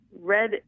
red